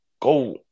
go